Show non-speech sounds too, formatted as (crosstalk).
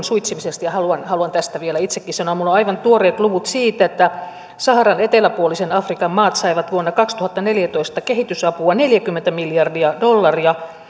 (unintelligible) suitsimisesta ja haluan haluan tästä vielä itsekin sanoa minulla on aivan tuoreet luvut siitä että saharan eteläpuolisen afrikan maat saivat vuonna kaksituhattaneljätoista kehitysapua neljäkymmentä miljardia dollaria (unintelligible)